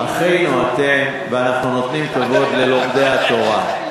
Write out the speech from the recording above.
אחינו אתם, ואנחנו נותנים כבוד ללומדי התורה.